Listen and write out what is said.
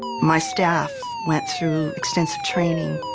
my staff went through extensive training.